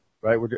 Right